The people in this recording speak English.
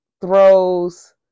throws